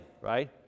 right